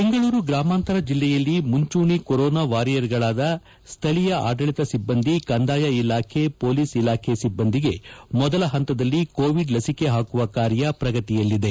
ಬೆಂಗಳೂರು ಗ್ರಾಮಾಂತರ ಜಿಯಲ್ಲಿ ಮುಂಚೂಣಿ ಕೊರೊನಾ ವಾರಿಯರ್ಗಳಾದ ಸ್ದಳೀಯ ಆದಳಿತ ಸಿಬ್ಬಂದಿ ಕಂದಾಯ ಇಲಾಖೆ ಪೊಲೀಸ್ ಇಲಾಖೆ ಸಿಬ್ಬಂದಿಗೆ ಮೊದಲ ಹಂತದಲ್ಲಿ ಕೋವಿಡ್ ಲಸಿಕೆ ಹಾಕುವ ಕಾರ್ಯ ಪ್ರಗತಿಯಲ್ಲಿದೆ